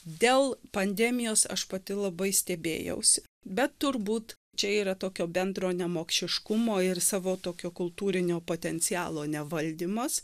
dėl pandemijos aš pati labai stebėjausi bet turbūt čia yra tokio bendro nemokšiškumo ir savo tokio kultūrinio potencialo nevaldymas